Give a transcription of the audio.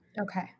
Okay